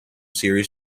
series